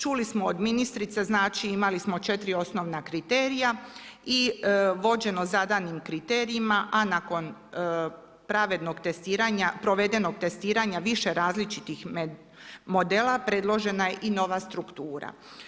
Čuli smo od ministrice, znači imali smo 4 osnovna kriterija i vođeno zadanim kriterijima a nakon pravednog testiranja, provedenog testiranja više različitih modela predložena je i nova struktura.